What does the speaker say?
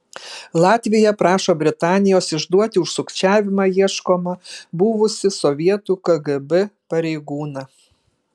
latvija prašo britanijos išduoti už sukčiavimą ieškomą buvusį sovietų kgb pareigūną